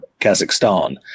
kazakhstan